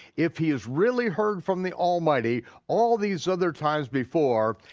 if he has really heard from the almighty all these other times before,